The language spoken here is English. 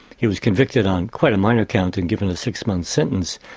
he was convicted on quite a minor count and given a six-month sentence,